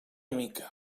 mica